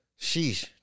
Sheesh